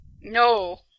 No